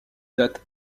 date